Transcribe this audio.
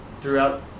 throughout